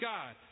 God